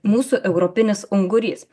mūsų europinis ungurys